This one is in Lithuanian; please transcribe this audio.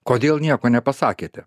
kodėl nieko nepasakėte